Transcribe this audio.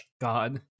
God